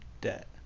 debt